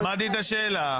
שמעתי את השאלה,